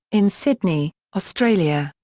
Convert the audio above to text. in sydney, australia,